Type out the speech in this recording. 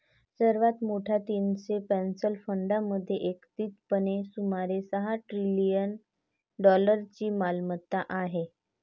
सर्वात मोठ्या तीनशे पेन्शन फंडांमध्ये एकत्रितपणे सुमारे सहा ट्रिलियन डॉलर्सची मालमत्ता आहे